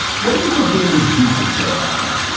what do you think david duke would say about that?